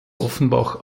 offenbach